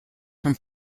from